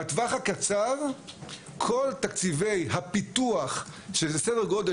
בטווח הקצר כל תקציבי הפיתוח - שזה סדר גודל,